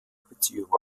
beziehung